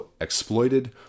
exploited